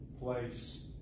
place